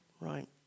Right